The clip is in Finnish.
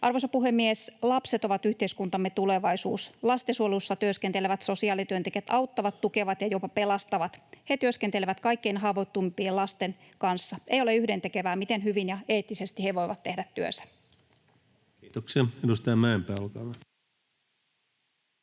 Arvoisa puhemies! Lapset ovat yhteiskuntamme tulevaisuus. Lastensuojelussa työskentelevät sosiaalityöntekijät auttavat, tukevat ja jopa pelastavat. He työskentelevät kaikkein haavoittuvimpien lasten kanssa. Ei ole yhdentekevää, miten hyvin ja eettisesti he voivat tehdä työnsä. Kiitoksia. — Edustaja Mäenpää, olkaa hyvä.